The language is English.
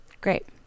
Great